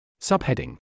Subheading